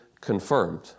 confirmed